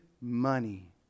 money